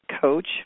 coach